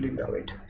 valid